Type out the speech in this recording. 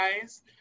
guys